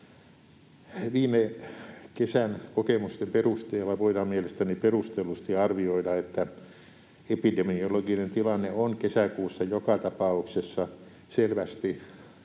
Viime kesän kokemusten perusteella voidaan mielestäni perustellusti arvioida, että epidemiologinen tilanne on kesäkuussa joka tapauksessa selvästi helpompi